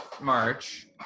March